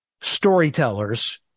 storytellers